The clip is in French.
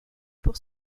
pour